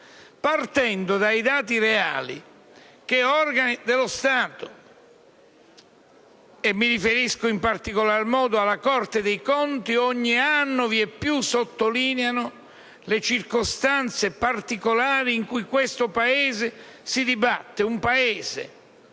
partendo dai dati reali che organi dello Stato, e mi riferisco in particolar modo alla Corte dei conti, ogni anno vieppiù sottolineano, facendo emergere le circostanze particolari in cui questo Paese si dibatte.